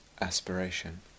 aspiration